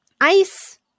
ICE